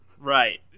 right